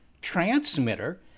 transmitter